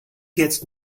jetzt